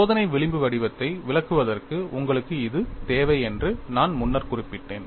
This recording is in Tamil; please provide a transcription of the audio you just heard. சோதனை விளிம்பு வடிவத்தை விளக்குவதற்கு உங்களுக்கு இது தேவை என்று நான் முன்னர் குறிப்பிட்டேன்